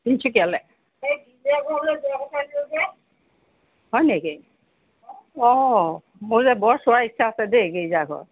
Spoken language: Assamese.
তিনিচুকীয়ালৈ হয়নেকি অ মোৰ যে বৰ চোৱাৰ ইচ্ছা আছে দেই গীৰ্জাঘৰ